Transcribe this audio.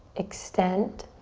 extend.